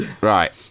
Right